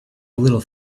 little